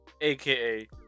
aka